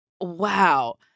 wow